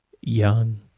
young